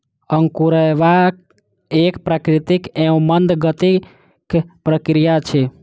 अंकुरायब एक प्राकृतिक एवं मंद गतिक प्रक्रिया अछि